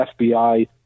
FBI